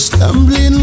Stumbling